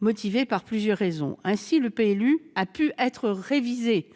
motivé par plusieurs raisons. Ainsi, le PLU a pu être révisé